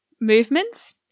movements